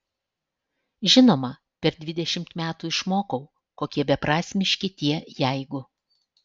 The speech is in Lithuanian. žinoma per dvidešimt metų išmokau kokie beprasmiški tie jeigu